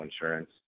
insurance